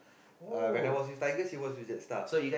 uh when I was with Tigers she was with JetStar